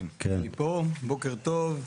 בוקר טוב,